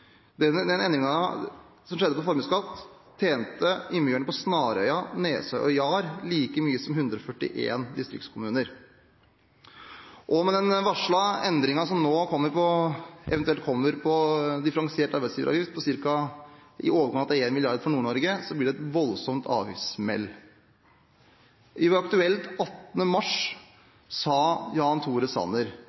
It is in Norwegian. Den endringen som skjedde i formuesskatt, tjente innbyggerne på Snarøya, Nesøya og Jar like mye på som 141 distriktskommuner. Og med den varslede endringen på differensiert arbeidsgiveravgift, som nå eventuelt kommer, på i overkant av 1 mrd. kr for Nord-Norge, blir det et voldsomt avgiftssmell. I Aktuelt på NRK 18. mars sa Jan Tore Sanner